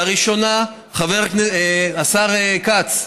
לראשונה, השר כץ,